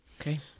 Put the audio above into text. okay